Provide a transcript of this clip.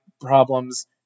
problems